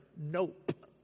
nope